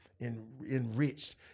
enriched